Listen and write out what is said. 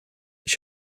ich